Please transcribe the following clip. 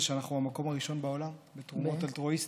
שאנחנו במקום הראשון בעולם בתרומות אלטרואיסטיות.